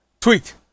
tweet